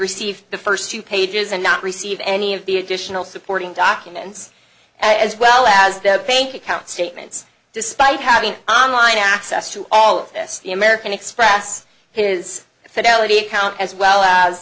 receive the first two pages and not receive any of the additional supporting documents as well as the bank account statements despite having on line access to all of this the american express his fidelity account as well as